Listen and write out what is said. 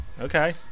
Okay